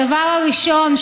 הדבר הראשון,